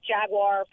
Jaguar